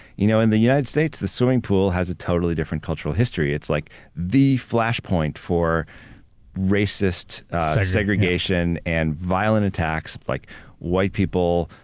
you know in the united states the swimming pool has a totally different cultural history. it's like the flashpoint for racist segregation and violent attacks, like white people,